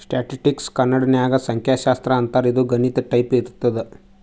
ಸ್ಟ್ಯಾಟಿಸ್ಟಿಕ್ಸ್ಗ ಕನ್ನಡ ನಾಗ್ ಸಂಖ್ಯಾಶಾಸ್ತ್ರ ಅಂತಾರ್ ಇದು ಗಣಿತ ಟೈಪೆ ಇರ್ತುದ್